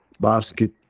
Basket